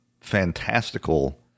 fantastical